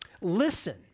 Listen